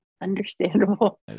Understandable